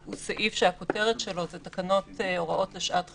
הוא סעיף שהכותרת שלו זה תקנות הוראות לשעת חירום,